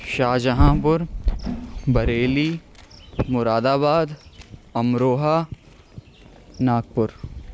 شاہجہاں پور بریلی مراد آباد امروہہ ناگپور